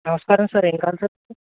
నమస్కారం సార్ ఏమి కావాలి సార్